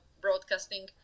broadcasting